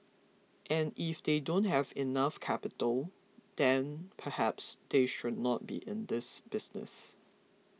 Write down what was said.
and if they don't have enough capital then perhaps they should not be in this business